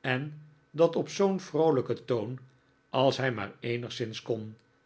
en dat op zoo'n vroolijken toon als hij maar eenigszins kon